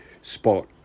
spot